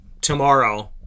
tomorrow